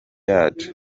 yacu